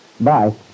Bye